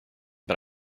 but